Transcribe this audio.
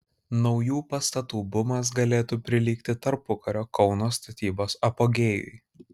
naujų pastatų bumas galėtų prilygti tarpukario kauno statybos apogėjui